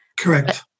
Correct